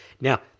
now